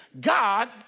God